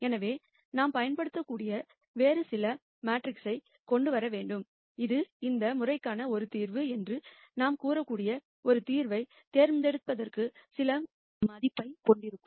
எனவே நாம் பயன்படுத்தக்கூடிய வேறு சில மெட்ரிக்ஸ்ஐ நாம் கொண்டு வர வேண்டும் இது இந்த முறைக்கான ஒரு தீர்வு என்று நாம் கூறக்கூடிய ஒரு தீர்வைத் தேர்ந்தெடுப்பதற்கு சில மதிப்பைக் கொண்டிருக்கும்